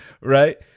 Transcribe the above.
Right